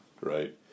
Right